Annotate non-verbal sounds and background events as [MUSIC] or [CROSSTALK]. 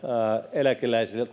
eläkeläisille [UNINTELLIGIBLE]